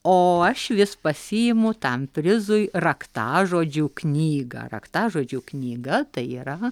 o aš vis pasiimu tam prizui raktažodžių knygą raktažodžių knyga tai yra